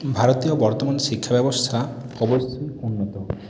ভারতীয় বর্তমান শিক্ষাব্যবস্থা অবশ্যই উন্নত